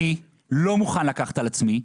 אני לא מוכן לקחת על עצמי,